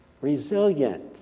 Resilient